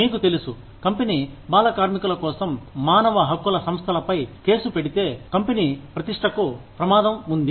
మీకు తెలుసు కంపెనీ బాల కార్మికుల కోసం మనవ హక్కుల సంస్థల పై కేసు పెడితే కంపెనీ ప్రతిష్టకు ప్రమాదం ఉంది